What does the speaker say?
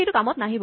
এইটো কামত নাহিব